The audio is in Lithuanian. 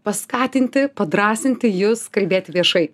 paskatinti padrąsinti jus kalbėt viešai